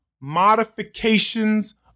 modifications